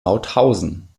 mauthausen